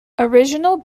original